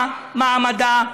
מה מעמדה,